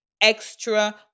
extra